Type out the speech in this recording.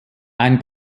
ein